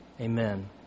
Amen